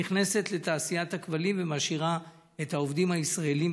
נכנסת לתעשיית הכבלים ומשאירה את העובדים הישראלים,